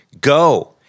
go